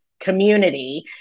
community